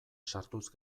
sartuz